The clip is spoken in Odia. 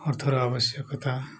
ଅର୍ଥର ଆବଶ୍ୟକତା